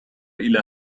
إلى